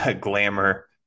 glamour